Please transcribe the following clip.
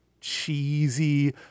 cheesy